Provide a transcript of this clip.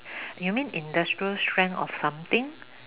you mean industrial strength of something